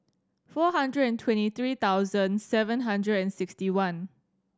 four hundred and twenty three thousand seven hundred and sixty one